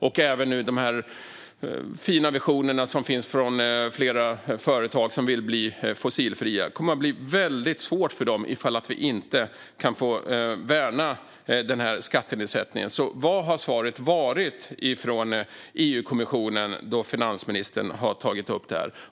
Nu finns det fina visioner från flera företag som vill bli fossilfria. Det kommer att bli väldigt svårt för dem ifall vi inte kan värna den här skattenedsättningen. Vilket har svaret varit från EU-kommissionen då finansministern har tagit upp det här?